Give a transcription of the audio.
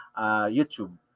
YouTube